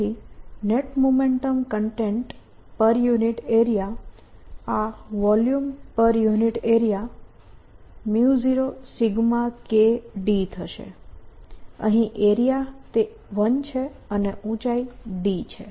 તેથી net momentum content પર unit area આ વોલ્યુમ પર યુનિટ એરિયા 0 K d થશે અહીં એરિયા એ 1 છે અને ઊંચાઈ d છે